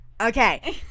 Okay